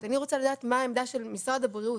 אני לא חלילה מוריד את האחריות מאיתנו במשרד הבריאות.